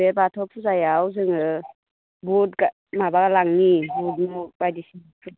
बे बाथौ फुजायाव जोङो बुद माबा लांनि बुद मुग बायदिसिनाफोर